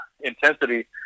intensity